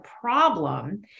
problem